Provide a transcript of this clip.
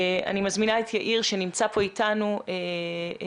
אני מזמינה את יאיר שנמצא פה איתנו לדבר.